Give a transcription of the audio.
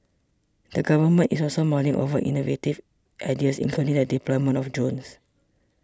the Government is also mulling other innovative ideas including the deployment of drones